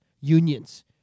unions